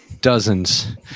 Dozens